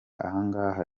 ahangaha